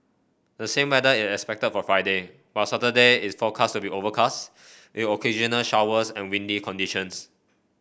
the same weather is expected for Friday while Saturday is forecast to be overcast with occasional showers and windy conditions